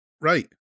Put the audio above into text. right